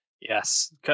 Yes